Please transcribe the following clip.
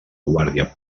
guàrdia